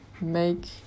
make